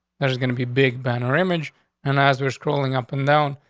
there's gonna be big banner image and as we're scrolling up and down,